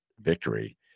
victory